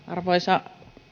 arvoisa